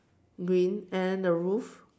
green and then the roof